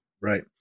right